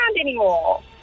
anymore